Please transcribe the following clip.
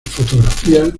fotografías